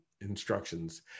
instructions